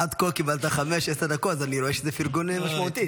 קיבלת חמש, עשר דקות, אני רואה שזה פרגון משמעותי.